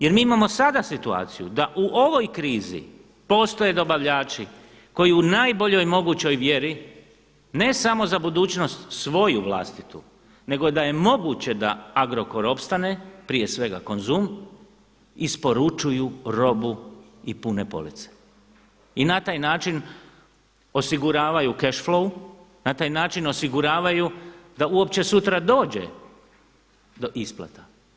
Jer mi imamo sada situaciju da u ovoj krizi postoje dobavljači koji u najboljoj mogućoj vjeri ne samo za budućnost svoju vlastitu nego da je moguće da Agrokor opstane prije svega Konzum, isporučuju robu i pune police i na taj način osiguravaju kashflow, na taj način osiguravaju da uopće sutra dođe do isplata.